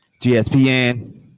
GSPN